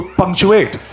punctuate